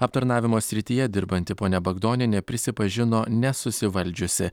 aptarnavimo srityje dirbanti ponia bagdonienė prisipažino nesusivaldžiusi